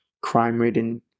crime-ridden